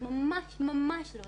ממש ממש לא.